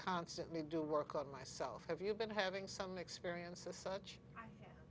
constantly do work on myself have you been having some experiences such ye